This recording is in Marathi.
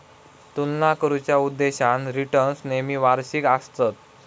तुलना करुच्या उद्देशान रिटर्न्स नेहमी वार्षिक आसतत